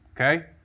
Okay